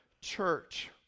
church